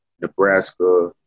Nebraska